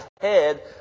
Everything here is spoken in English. head